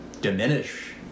diminish